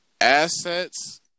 Assets